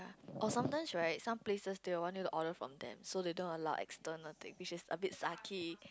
or sometime right some places they will want you to order from them so they don't allow external thing which is a bit